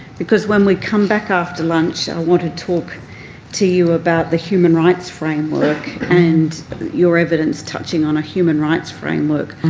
because when we come back after lunch i want to talk to you about the human rights framework and your evidence touching on a human rights framework.